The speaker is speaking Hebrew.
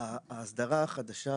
האסדרה החדשה